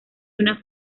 una